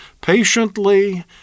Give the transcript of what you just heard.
patiently